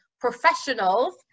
professionals